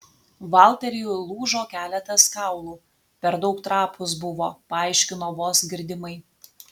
valteriui lūžo keletas kaulų per daug trapūs buvo paaiškino vos girdimai